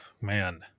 man